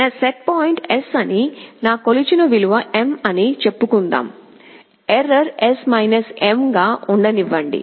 నా set point S అని నా కొలిచిన విలువ M అని చెప్పుకుందాం ఎర్రర్ S M గా ఉండనివ్వండి